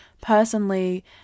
personally